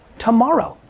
tomorrow,